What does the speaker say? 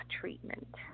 treatment